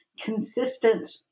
consistent